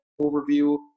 overview